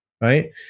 right